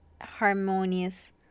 harmonious